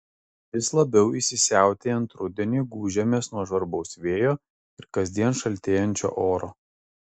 vis labiau įsisiautėjant rudeniui gūžiamės nuo žvarbaus vėjo ir kasdien šaltėjančio oro